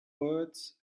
words